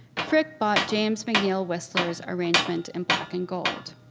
frick bought james mcneill whistler's arrangement in black and gold.